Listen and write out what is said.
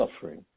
suffering